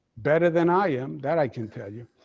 better than i am, that i can tell you.